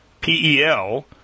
PEL